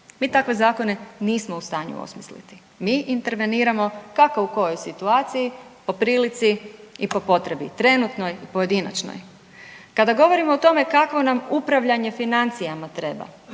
Mi takve zakone nismo u stanju osmisliti, mi interveniramo kako u kojoj situaciji po prilici i po potrebi, trenutnoj i pojedinačnoj. Kada govorimo o tome kakvo nam upravljanje financijama treba,